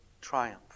triumph